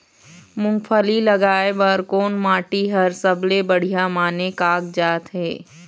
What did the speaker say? मूंगफली लगाय बर कोन माटी हर सबले बढ़िया माने कागजात हे?